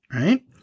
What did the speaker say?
Right